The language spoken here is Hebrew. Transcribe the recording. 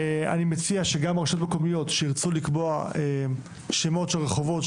אני מציע שגם הרשויות המקומיות שירצו לקבוע שמות של רחובות,